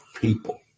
people